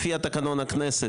לפי תקנון הכנסת,